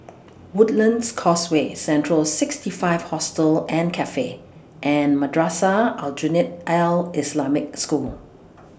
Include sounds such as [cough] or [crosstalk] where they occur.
[noise] Woodlands Causeway Central sixty five Hostel and Cafe and Madrasah Aljunied Al Islamic School [noise]